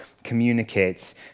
communicates